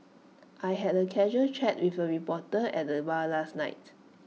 I had A casual chat with A reporter at the bar last night